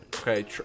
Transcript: Okay